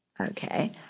okay